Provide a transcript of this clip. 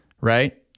right